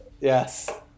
Yes